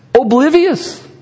oblivious